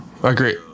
agree